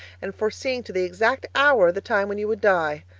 and foreseeing to the exact hour the time when you would die.